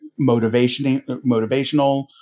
motivational